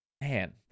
man